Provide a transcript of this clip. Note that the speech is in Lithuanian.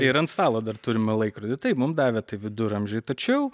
ir ant stalo dar turime laikrodį tai mums davė tai viduramžiai tačiau